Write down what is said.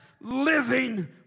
living